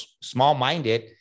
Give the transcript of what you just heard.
small-minded